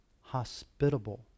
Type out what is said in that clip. hospitable